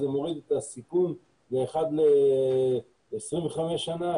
זה מוריד את הסיכון ל-1:25 שנה,